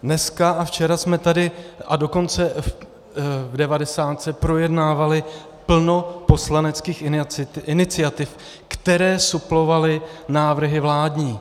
Dneska a včera jsme tady, a dokonce v devadesátce, projednávali plno poslaneckých iniciativ, které suplovaly návrhy vládní.